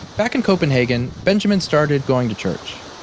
back in copenhagen, benjamin started going to church.